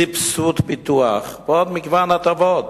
סבסוד פיתוח ועוד מגוון הטבות